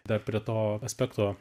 dar prie to aspekto